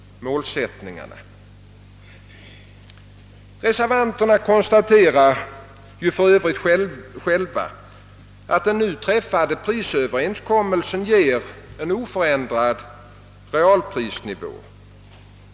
Reservanterna konstaterar för övrigt själva att den träffade överenskommelsen ger en oförändrad realprisnivå.